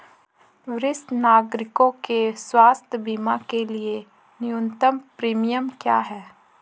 वरिष्ठ नागरिकों के स्वास्थ्य बीमा के लिए न्यूनतम प्रीमियम क्या है?